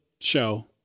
show